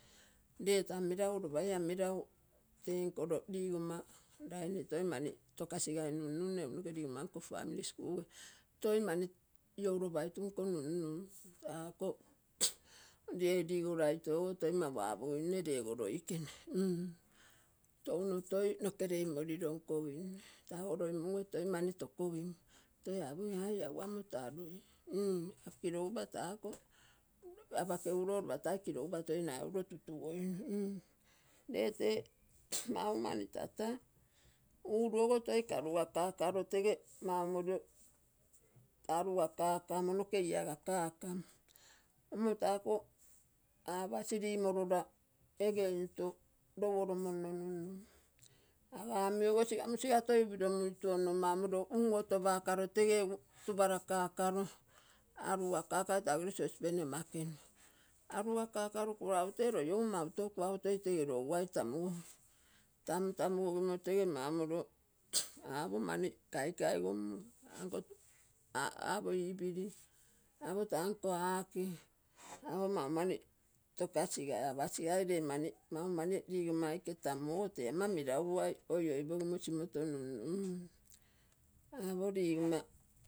Ree ta meragu ropaia meragu tee nko ro ligomma lain toi mani tokagigai nunune. Egu noke rigomma families kuge. Toi man iouro paitu nko nunnun. Tako re regoraito ogo tai mau aaposinee lego loikene nn. Taino toi nokerei morironkoginne toi mani tokogim, toi apogim aga lago amo taa mm kirogapa tako apakegu roo ropa tai kirognpa toi nogai uro tutuinu. Ree tee maumani tata uura ogo toi karuga karo tege mau mani arugakakamo noke iagakamo, moo tako apasi rimorora egee into rou oromonno nunnun. Raga omi ogo siga musiga toi muituonno mamoro unuotopakaro tege egu tuparakakaro aru gakakai tagere sauspan ama ekenua. Arugkakaro kuvaugu tee roi ogo mau tou kuago toi tege raugai tamu gogim. Tamutamu gogimo tege mamaro apo mani kaikai gommo ako, apo ipiri, apo tanko aa kee, apo mau mani tokasigai apasigai ree maumani rigomma aike tamu ogo tee ama meragugai oioipogimo simoto nunnun apo ligomma.